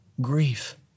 grief